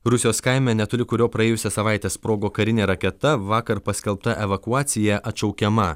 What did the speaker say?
rusijos kaime netoli kurio praėjusią savaitę sprogo karinė raketa vakar paskelbta evakuacija atšaukiama